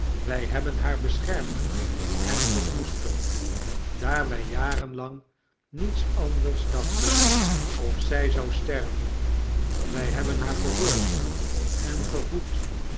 wy hebben haar beschermd en gekoesterd daar wy jarenlang niets anders dachten of zij zou sterven wy hebben haar verzorgd en gevoed